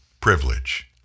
privilege